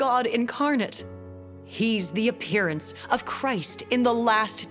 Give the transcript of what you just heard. god incarnate he's the appearance of christ in the last